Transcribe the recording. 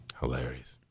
hilarious